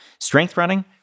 strengthrunning